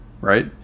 right